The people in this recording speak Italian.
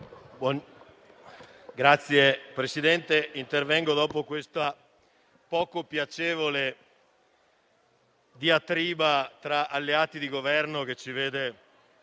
Signor Presidente, intervengo dopo questa poco piacevole diatriba tra alleati di Governo che ci vede